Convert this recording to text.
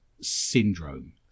syndrome